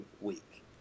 week